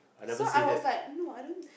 so I was like no I don't